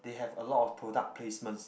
they have a lot of product placement